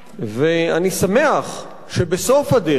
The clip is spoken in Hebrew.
ואני שמח שבסוף הדרך